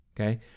okay